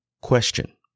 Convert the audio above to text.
Question